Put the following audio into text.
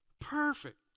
Perfect